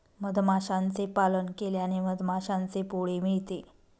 मधमाशांचे पालन केल्याने मधमाशांचे पोळे मिळते